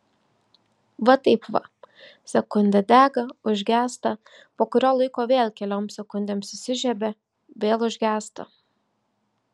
va taip va sekundę dega užgęsta po kurio laiko vėl kelioms sekundėms įsižiebia vėl užgęsta